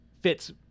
fits